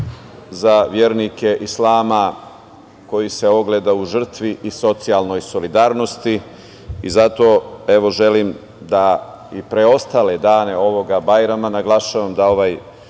za vernike islama, koji se ogleda u žrtvi i socijalnoj solidarnosti i zato, evo, želim da i preostale dane ovog Bajrama, naglašavam da ovaj